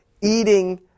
eating